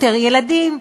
יותר ילדים.